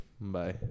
Bye